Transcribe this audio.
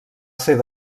ser